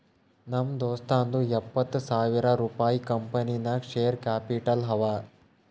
ನಮ್ ದೋಸ್ತುಂದೂ ಎಪ್ಪತ್ತ್ ಸಾವಿರ ರುಪಾಯಿ ಕಂಪನಿ ನಾಗ್ ಶೇರ್ ಕ್ಯಾಪಿಟಲ್ ಅವ